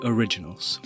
Originals